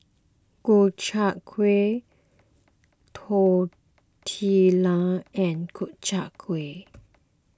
Gobchang Gui Tortillas and Gobchang Gui